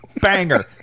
banger